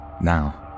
now